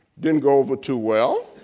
didn't go over too well.